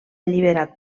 alliberat